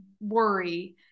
worry